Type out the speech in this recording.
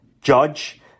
judge